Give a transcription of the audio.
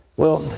well,